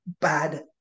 bad